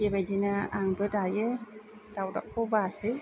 बेबायदिनो आंबो दायो दावदाबखौ बासै